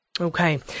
Okay